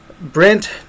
Brent